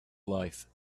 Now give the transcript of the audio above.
life